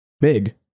Big